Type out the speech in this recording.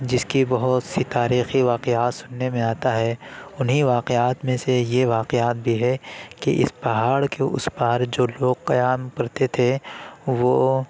جس کی بہت سی تاریخی واقعات سننے میں آتا ہے انہیں واقعات میں سے یہ واقعات بھی ہے کہ اس پہاڑ کے اس پار جو لوگ قیام کرتے تھے وہ